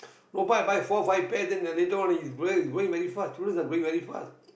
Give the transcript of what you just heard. go buy buy four five pants then the little one he's growing very fast children growing very fast